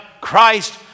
Christ